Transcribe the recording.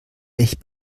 echt